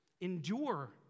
endure